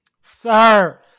Sir